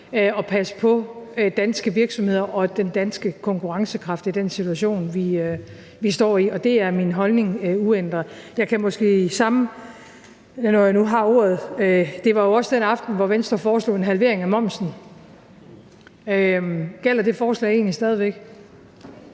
at passe på danske virksomheder og den danske konkurrencekraft i den situation, vi står i. Og der er min holdning uændret. Jeg kan måske, når jeg nu har ordet, sige, at det jo også var den aften, hvor Venstre foreslog en halvering af momsen. Gælder det forslag egentlig stadig væk?